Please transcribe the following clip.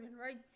right